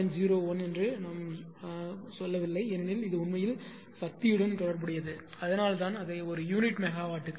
01 என்று நாம் சொல்லவில்லை ஏனெனில் இது உண்மையில் சக்தியுடன் தொடர்புடையது அதனால்தான் அதை ஒரு யூனிட் மெகாவாட்டுக்கு 0